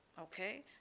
Okay